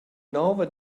nova